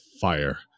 fire